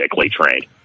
trained